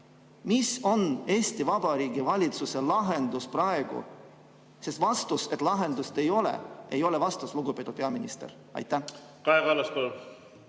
Mis on Eesti Vabariigi valitsuse lahendus praegu? Vastus, et lahendust ei ole, ei ole vastus, lugupeetud peaminister. Aitäh!